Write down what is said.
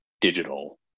digital